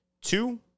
Two